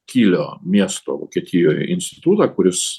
kylio miesto vokietijoj institutą kuris